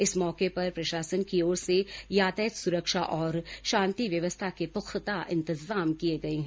इस मौके पर प्रशासन की ओर से यातायात सुरक्षा और शांति व्यवस्था के पुख्ता इंतजाम किये गये हैं